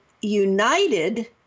united